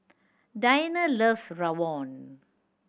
Dianna loves rawon